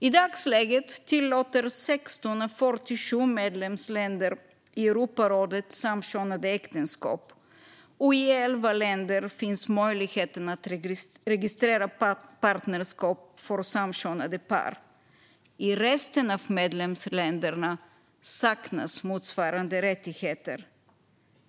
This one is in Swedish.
I dagsläget tillåter 16 av 47 medlemsländer i Europarådet samkönade äktenskap. I 11 länder finns möjligheten för samkönade par att registrera partnerskap. I resten av medlemsländerna saknas motsvarande rättigheter.